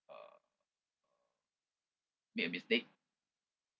uh made a mistake